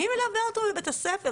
מי מלווה אותו בבית הספר?